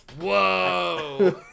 Whoa